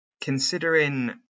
Considering